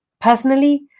personally